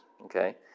okay